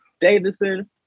Davidson